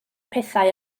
pethau